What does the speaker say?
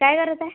काय करत आहे